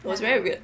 it was very weird